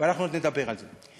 ואנחנו עוד נדבר על זה.